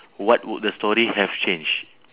what would the story have change